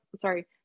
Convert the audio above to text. sorry